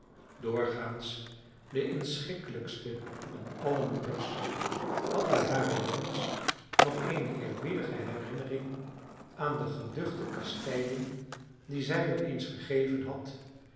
doorgaans de inschikkelijkste van alle moeders hadden hare jongens nog eene eerbiedige herinnering aan de geduchte kastijding die zij hun eens gegeven had